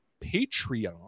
Patreon